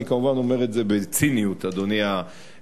אני, כמובן, אומר את זה בציניות, אדוני היושב-ראש.